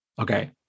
Okay